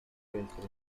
terrestre